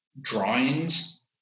drawings